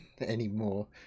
anymore